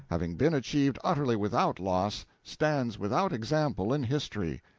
having been achieved utterly without loss, stands without example in history.